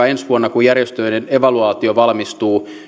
ensi vuonna kun järjestöjen evaluaatio valmistuu